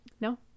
No